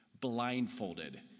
blindfolded